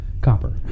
copper